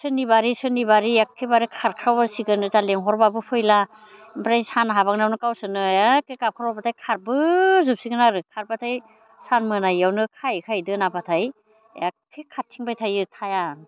सोरनि बारि सोरनि बारि एखेबारे खारबोसिगोन ओजा लेंहरब्लाबो फैला ओमफ्राय सान हाबहां आवनो गावसोरनो एखे गाबख्रावब्लाथाय खारबोजोबसिगोन आरो खारब्लाथाय सान मोनायावनो खायै खायै दोनाब्लाथाय एखे खारथिंबाय थायो थाया